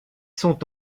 sont